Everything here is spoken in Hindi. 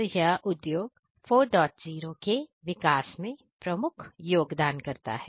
तो यह उद्योग 40 के विकास में प्रमुख योगदान कर्ता है